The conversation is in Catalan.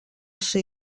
ser